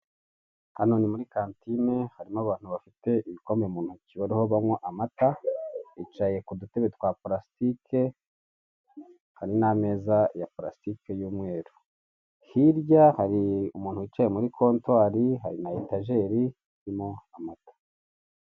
Hano ni muri kantine, harimo abantu bafite ibikombe mu ntoki, bariho banywa amata, bicaye ku dutebe twa parasitike, hari n'ameza ya parasitike, y'umweru. Hirya hari umuntu wicaye muri kontwari, hari ha etajeri irimo amata.